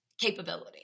capability